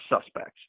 suspects